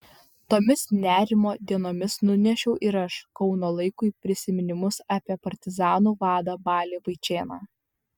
tomis nerimo dienomis nunešiau ir aš kauno laikui prisiminimus apie partizanų vadą balį vaičėną